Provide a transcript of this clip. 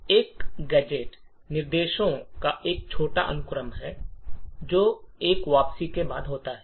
एक गैजेट निर्देशों का एक छोटा अनुक्रम है जो एक वापसी के बाद होता है